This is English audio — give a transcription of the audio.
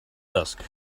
dusk